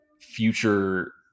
future